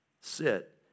sit